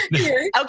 okay